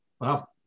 Wow